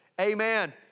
Amen